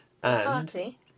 Party